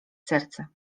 serce